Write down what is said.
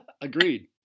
agreed